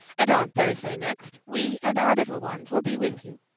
and on thursday next we and our little ones will be with you.